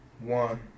One